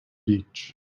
beach